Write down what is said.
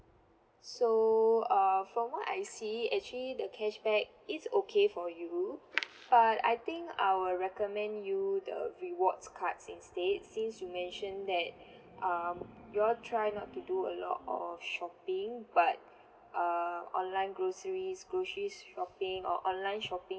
so err from what I see actually the cashback is okay for you but I think I will recommend you the rewards card since they since you mentioned that um you all try not to do a lot of shopping but err online grocery groceries shopping or online shopping